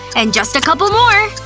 and just a couple more,